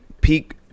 peak